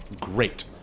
great